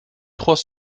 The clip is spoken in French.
trois